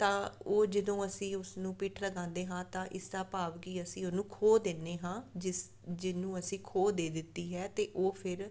ਤਾਂ ਉਹ ਜਦੋਂ ਅਸੀਂ ਉਸਨੂੰ ਪਿੱਠ ਲਗਾਉਂਦੇ ਹਾਂ ਤਾਂ ਇਸਦਾ ਭਾਵ ਕਿ ਅਸੀਂ ਉਹਨੂੰ ਖੋ ਦਿੰਦੇ ਹਾਂ ਜਿਸ ਜਿਹਨੂੰ ਅਸੀਂ ਖੋ ਦੇ ਦਿੱਤੀ ਹੈ ਤਾਂ ਉਹ ਫਿਰ